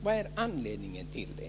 Vad är anledningen till det?